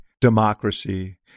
democracy